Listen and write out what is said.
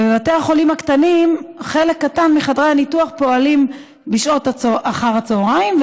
בבתי החולים הקטנים חלק קטן מחדרי הניתוח פועלים בשעות אחר הצוהריים,